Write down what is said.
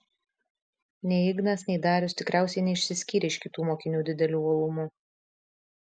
nei ignas nei darius tikriausiai neišsiskyrė iš kitų mokinių dideliu uolumu